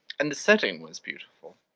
and the setting was beautiful.